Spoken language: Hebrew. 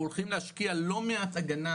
אנחנו הולכים להשקיע לא מעט הגנה